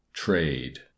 trade